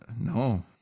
no